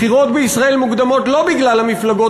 בחירות בישראל מוקדמות לא בגלל המפלגות